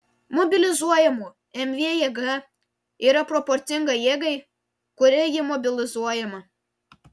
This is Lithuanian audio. mobilizuojamų mv jėga yra proporcinga jėgai kuria ji mobilizuojama